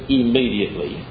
immediately